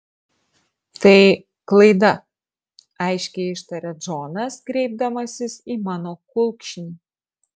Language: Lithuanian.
tai klaida aiškiai ištaria džonas kreipdamasis į mano kulkšnį